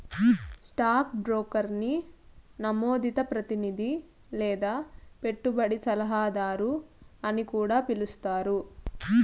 stock బ్రోకర్ని నమోదిత ప్రతినిది లేదా పెట్టుబడి సలహాదారు అని కూడా పిలిస్తారు